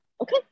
okay